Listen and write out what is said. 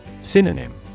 Synonym